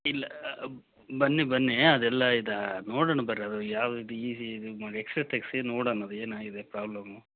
ಇಲ್ಲ ಬನ್ನಿ ಬನ್ನಿ ಅದು ಎಲ್ಲ ಇದು ನೋಡೋಣ ಬರ್ರಿ ಅದು ಯಾವುದು ಈಝಿ ನಿಮ್ಮ ಎಕ್ಸ್ ರೇ ತೆಗೆಸಿ ನೋಡೊಣ ಅದು ಏನಾಗಿದೆ ಪ್ರಾಬ್ಲಮ್ಮು